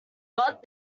got